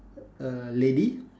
a lady